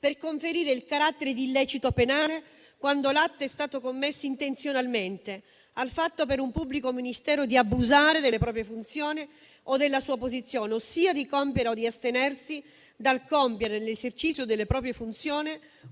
per conferire il carattere di illecito penale, quando l'atto è stato commesso intenzionalmente, al fatto per un pubblico ufficiale di abusare delle proprie funzioni o della sua posizione, ossia di compiere o di astenersi dal compiere, nell'esercizio delle proprie funzioni,